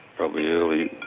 probably early